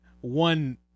one